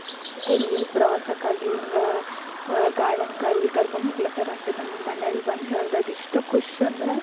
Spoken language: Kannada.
ಎಲ್ಲಿ ಪ್ರವಾಸಕ್ಕಾಗಿ ಹಿಂಗ ಗಾರ್ಡನ್ಕಲ್ಲಿ ಕರ್ಕೊಂಡು ಹೋಗ್ಲತ್ತರ ಅಂತ ನಮ್ಮ ಮನೇಯಲ್ ಬಂದು ಹೇಳ್ದಾಗ ಎಷ್ಟು ಖುಷಿಯಂದ್ರ